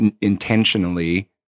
intentionally